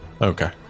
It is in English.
okay